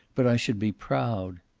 but i should be proud.